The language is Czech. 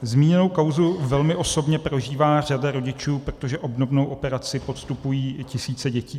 Zmíněnou kauzu velmi osobně prožívá řada rodičů, protože obdobnou operaci podstupují i tisíce dětí.